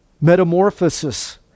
Metamorphosis